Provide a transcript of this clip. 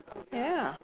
ya